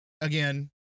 Again